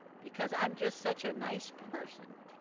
because i'm just such a nice person,